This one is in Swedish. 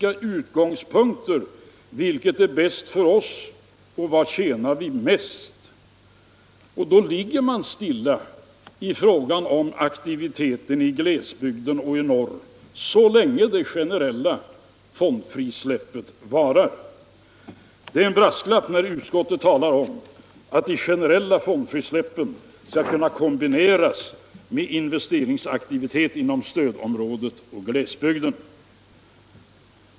De frågar sig: Vilket är bäst för oss och var tjänar vi mest? Med utgångspunkt i det resonemanget ligger man stilla i fråga om aktivitet i glesbygden och i stödområdet i norr så länge det generella fondfrisläppet varar. Det är en brasklapp när utskottet talar om att de generella fondfrisläppen skall kunna kombineras med investeringsaktivitet inom stödområdet och glesbygderna.